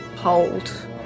Hold